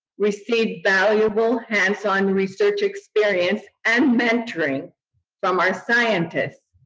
received valuable hands-on research experience and mentoring from our scientists.